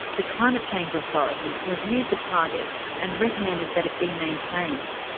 the climate change authority reviewed the target and recommended that it be maintained.